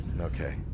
Okay